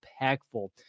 impactful